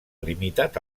limitat